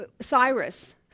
Cyrus